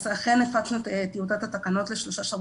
בקשר לסעיף 7